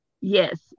Yes